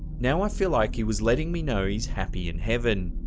now i feel like he was letting me know he's happy in heaven.